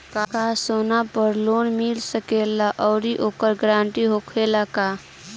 का सोना पर भी लोन मिल सकेला आउरी ओकर गारेंटी होखेला का?